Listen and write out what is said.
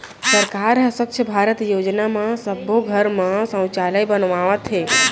सरकार ह स्वच्छ भारत योजना म सब्बो घर म सउचालय बनवावत हे